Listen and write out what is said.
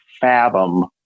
fathom